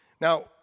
Now